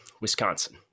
Wisconsin